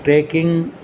trekking